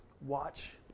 Watch